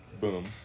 Boom